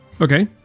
Okay